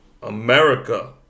America